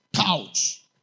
couch